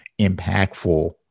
impactful